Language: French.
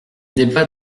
débats